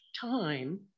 time